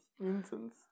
Incense